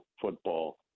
football